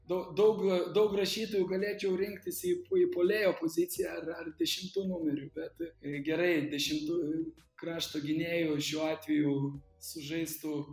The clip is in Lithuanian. nu daug daug rašytojų galėčiau rinktis į pu puolėjo poziciją ar ar dešimtu numeriu bet ir gerai dešimtu krašto gynėju šiuo atveju sužaistų